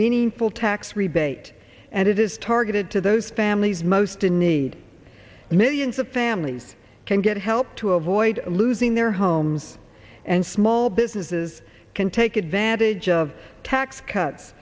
meaningful tax rebate and it is targeted to those families most in need and millions of families can get help to avoid losing their homes and small businesses can take advantage of tax cuts